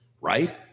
right